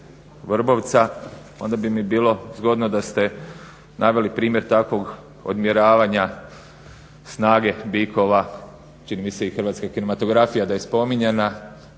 Vrbovca onda bi mi bilo zgodno da ste naveli primjer takvog odmjeravanja snage bikova, čini mi se da i hrvatska kinematografija da je spominjana,